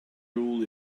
rule